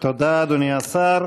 תודה, אדוני השר.